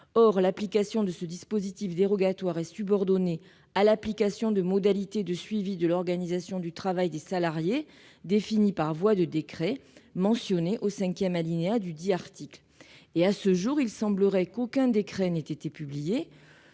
en oeuvre de ce dispositif dérogatoire est subordonnée à l'application de modalités de suivi de l'organisation du travail des salariés définies par voie de décret, mentionné au cinquième alinéa du même article, il semble à ce jour qu'aucun décret n'ait été publié,